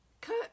Cut